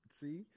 See